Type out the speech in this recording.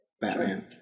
Batman